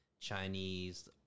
chinese